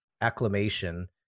acclamation